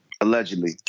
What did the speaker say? Allegedly